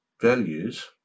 values